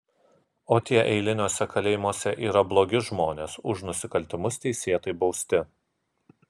o tie eiliniuose kalėjimuose yra blogi žmonės už nusikaltimus teisėtai bausti